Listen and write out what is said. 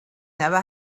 never